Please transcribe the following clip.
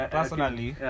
Personally